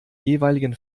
jeweiligen